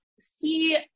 see